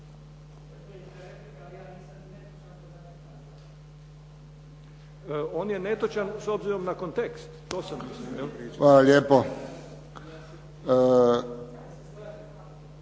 On je netočan s obzirom na kontekst. To sam mislio. **Friščić,